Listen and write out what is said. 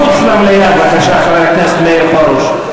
מחוץ למליאה, בבקשה, חבר הכנסת מאיר פרוש.